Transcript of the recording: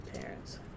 Parents